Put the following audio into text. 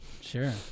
Sure